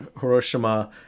hiroshima